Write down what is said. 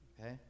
Okay